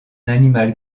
animal